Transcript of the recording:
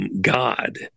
God